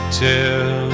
tell